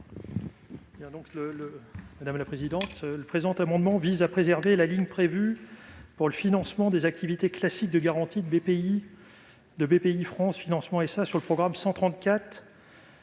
rapporteur spécial. Le présent amendement vise à préserver la ligne prévue pour le financement des activités classiques de garantie de Bpifrance Financement SA sur le programme 134.